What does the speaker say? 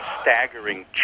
staggering